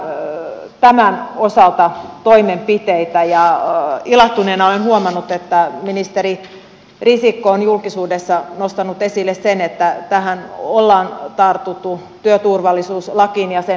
erityisesti tarvitaan tämän osalta toimenpiteitä ja ilahtuneena olen huomannut että ministeri risikko on julkisuudessa nostanut esille sen että tähän on tartuttu työturvallisuuslakiin ja sen asetukseen